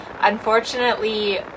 unfortunately